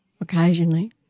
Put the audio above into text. Occasionally